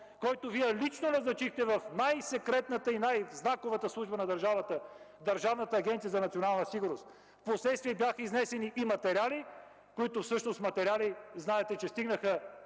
който Вие лично назначихте в най-секретната и най-знаковата служба на държавата – Държавна агенция „Национална сигурност”. Впоследствие бяха изнесени и материали, които всъщност стигнаха